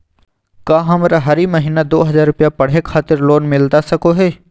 का हमरा हरी महीना दू हज़ार रुपया पढ़े खातिर लोन मिलता सको है?